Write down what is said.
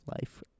life